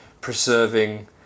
preserving